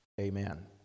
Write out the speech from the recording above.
Amen